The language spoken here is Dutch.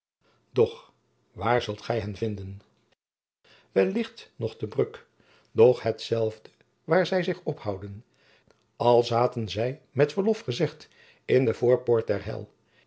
doch waar zult gij hen vinden wellicht nog te bruck doch hetzelfde waar zij zich ophouden al zaten zij met verlof gezegd in de voorpoort der hel